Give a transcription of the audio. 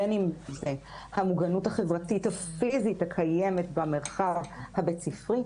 בין אם זו המוגנות החברתית הפיזית הקיימת במרחב הבית-ספרי,